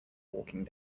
walking